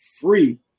free